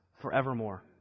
forevermore